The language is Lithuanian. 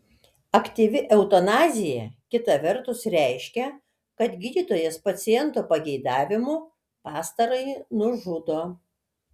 aktyvi eutanazija kita vertus reiškia kad gydytojas paciento pageidavimu pastarąjį nužudo